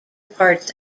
parts